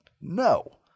no